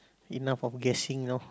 enough of guessing no